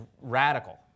radical